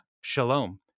shalom